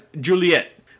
Juliet